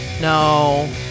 No